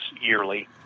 yearly